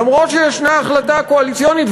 למרות שישנה החלטה קואליציונית.